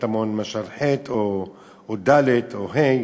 למשל ח' או ד' או ה',